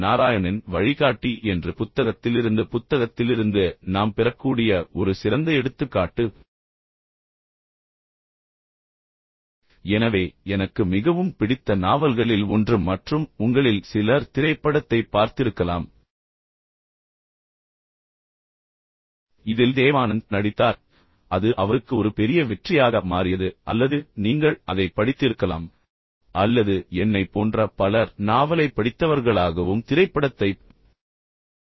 நாராயணனின் வழிகாட்டி என்று புத்தகத்திலிருந்து புத்தகத்திலிருந்து நாம் பெறக்கூடிய ஒரு சிறந்த எடுத்துக்காட்டு எனவே எனக்கு மிகவும் பிடித்த நாவல்களில் ஒன்று மற்றும் உங்களில் சிலர் திரைப்படத்தைப் பார்த்திருக்கலாம் இதில் தேவானந்த் நடித்தார் அது அவருக்கு ஒரு பெரிய வெற்றியாக மாறியது அல்லது நீங்கள் அதைப் படித்திருக்கலாம் அல்லது என்னைப் போன்ற பலர் நாவலைப் படித்தவர்களாகவும் திரைப்படத்தைப் பார்த்தவர்களாகவும் உள்ளனர்